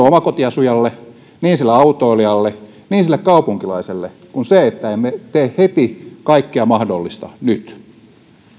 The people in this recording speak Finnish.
omakotiasujalle sille autoilijalle sille kaupunkilaiselle kuin se että emme tee kaikkea mahdollista heti nyt